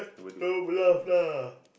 don't laugh lah